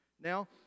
Now